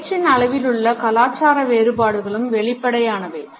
பேச்சின் அளவிலுள்ள கலாச்சார வேறுபாடுகளும் வெளிப்படையானவை